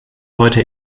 heute